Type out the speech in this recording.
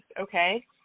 okay